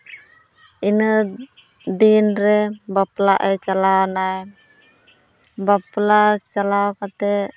ᱤᱱᱟᱹᱫᱤᱱ ᱨᱮ ᱵᱟᱯᱞᱟᱜᱼᱮ ᱪᱟᱞᱟᱣ ᱮᱱᱟ ᱵᱟᱯᱞᱟ ᱪᱟᱞᱟᱣ ᱠᱟᱛᱮ